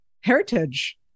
heritage